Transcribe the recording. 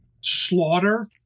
Slaughter